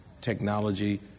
technology